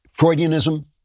Freudianism